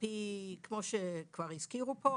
כמו שכבר הזכירו פה,